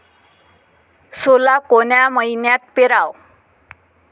सोला कोन्या मइन्यात पेराव?